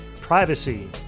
privacy